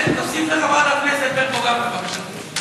תוסיף גם לחברת הכנסת ברקו, בבקשה.